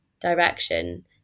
direction